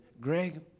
Greg